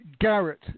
Garrett